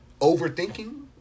Overthinking